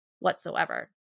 whatsoever